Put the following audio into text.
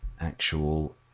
actual